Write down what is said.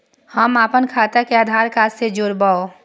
हम अपन खाता के आधार कार्ड के जोरैब?